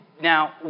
Now